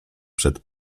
przed